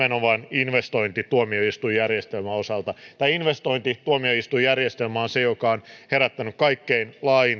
investointituomioistuinjärjestelmän osalta tämä investointituomioistuinjärjestelmä on se joka on herättänyt kaikkein laajinta